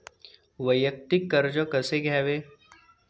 वैयक्तिक कर्ज कसे घ्यावे?